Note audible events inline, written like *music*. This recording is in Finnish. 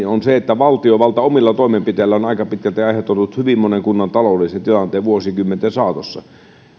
*unintelligible* on se että valtiovalta omilla toimenpiteillään on aika pitkälti aiheuttanut hyvin monen kunnan taloudellisen tilanteen vuosikymmenten saatossa